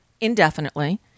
indefinitely